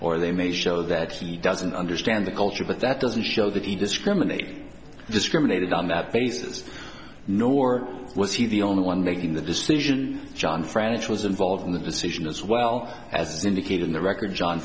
or they may show that he doesn't understand the culture but that doesn't show that he discriminate discriminated on that basis nor was he the only one making the decision john french was involved in the decision as well as indicate in the record john